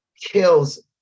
kills